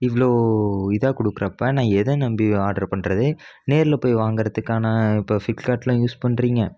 இவ்வளோ இதாக கொடுக்கறப்ப நான் எதை நம்பி ஆர்டர் பண்ணுறது நேரில் போய் வாங்கிறதுக்கான இப்போ ஃப்ளிப்கார்ட்லேயும் யூஸ் பண்ணுறீங்க